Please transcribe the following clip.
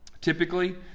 Typically